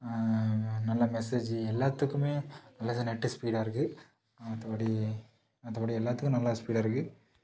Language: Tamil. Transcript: நல்லா மெஸேஜி எல்லாத்துக்கும் நெட்டு ஸ்பீடாக இருக்கு மற்றப்படி மற்றப்படி எல்லாத்துக்கும் நல்ல ஸ்பீடாக இருக்குது